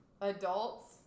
adults